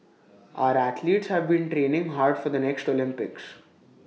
our athletes have been training hard for the next Olympics